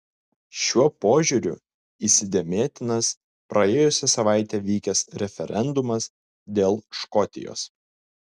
šiuo požiūriu įsidėmėtinas praėjusią savaitę vykęs referendumas dėl škotijos